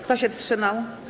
Kto się wstrzymał?